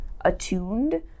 attuned